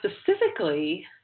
specifically